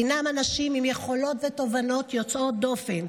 הינם אנשים עם יכולות ותובנות יוצאות דופן.